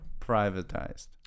privatized